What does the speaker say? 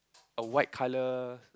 a white color